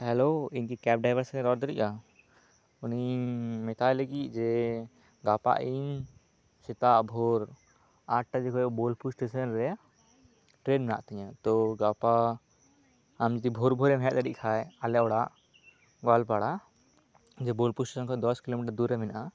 hello ᱤᱧ ᱠᱤ cab driver ᱥᱟᱝ ᱤᱧ ᱨᱚᱲ ᱫᱟᱲᱮᱭᱟᱜᱼᱟ ᱩᱱᱤᱧ ᱢᱮᱛᱟᱭ ᱞᱟᱜᱤᱫ ᱡᱮ ᱜᱟᱯᱟ ᱤᱧ ᱥᱮᱛᱟᱜ ᱵᱷᱳᱨ ᱟᱴ ᱴᱟ ᱡᱚᱠᱷᱚᱱ ᱵᱳᱞᱯᱩ ᱥᱴᱮᱥᱚᱱ ᱨᱮ ᱴᱨᱮᱱ ᱢᱮᱱᱟᱜ ᱛᱤᱧᱟ ᱛᱳ ᱜᱟᱯᱟ ᱟᱢ ᱡᱩᱫᱤ ᱵᱷᱳᱨ ᱵᱷᱳᱨᱮᱢ ᱦᱮᱡ ᱫᱟᱲᱮᱭᱟᱜ ᱠᱷᱟᱱ ᱟᱞᱮ ᱚᱲᱟᱜ ᱜᱳᱭᱟᱞ ᱯᱟᱲᱟ ᱡᱮ ᱵᱳᱞᱯᱩᱨ ᱥᱴᱮᱥᱚᱱ ᱠᱷᱚᱡ ᱫᱚᱥ ᱠᱤᱞᱳ ᱢᱤᱴᱟᱨ ᱫᱩᱨ ᱨᱮ ᱢᱮᱱᱟᱜᱼᱟ